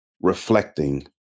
reflecting